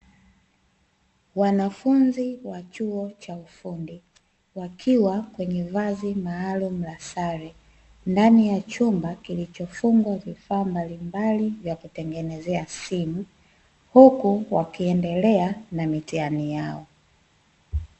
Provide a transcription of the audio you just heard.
Wanafunzi wa chuo cha ufundi wakiwa kwenye vazi maalumu la sare, ndani ya chuma kilichofungwa vifaa mbalimbali vya kutengenezea simu huku wakiendelea na mitihani yao.